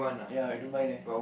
ya I don't mind eh